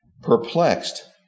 perplexed